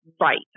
right